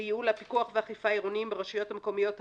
לייעול הפיקוח והאכיפה העירוניים ברשויות המקומיות,